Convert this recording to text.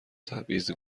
تبعیض